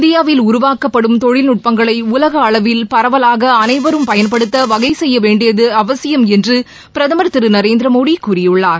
இந்தியாவில் உருவாக்கப்படும் தொழில்நுட்பங்களை உலக அளவில் பரவலாக அனைவரும் பயன்படுத்த வகை செய்ய வேண்டியது அவசியம் என்று பிரதமர் திரு நரேந்திர மோடி கூறியுள்ளார்